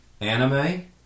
Anime